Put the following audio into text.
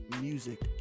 music